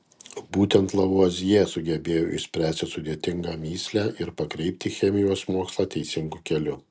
būtent lavuazjė sugebėjo išspręsti sudėtingą mįslę ir pakreipti chemijos mokslą teisingu keliu